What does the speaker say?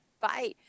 Bye